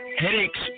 Headaches